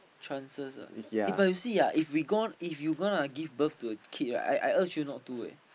chances ah eh but you see ah if we gone if you gonna give birth to a kid right I I urge you not to eh